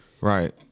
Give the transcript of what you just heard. right